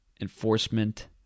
Enforcement